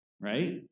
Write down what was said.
Right